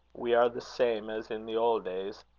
we are the same as in the old days,